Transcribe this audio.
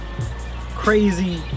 crazy